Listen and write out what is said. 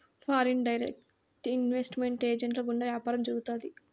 foreign direct investment ఏజెంట్ల గుండా వ్యాపారం జరుగుతాది